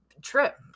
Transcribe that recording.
trip